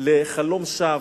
לחלום שווא.